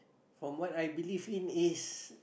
from what I believe in is